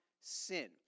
sin